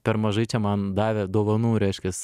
per mažai čia man davė dovanų reiškias